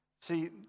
see